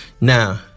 Now